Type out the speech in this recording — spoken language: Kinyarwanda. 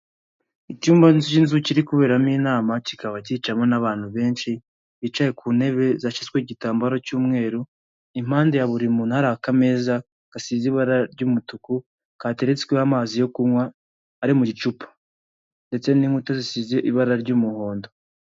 Icyumba cy'inzu kiri kuberamo inama, kikaba kicayemo n'abantu benshi, bicaye ku ntebe zashyizweho igitambaro cy'umweru, impande ya buri muntu hari akameza gasize ibara ry'umutuku, kateretsweho amazi yo kunwa ari mu gicupa, ndetse n'inkuta zisize ibara ry'umuhondo.